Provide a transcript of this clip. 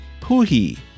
Puhi